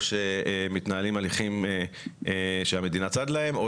מתנהלים הליכים שהמדינה צד להם,